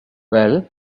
well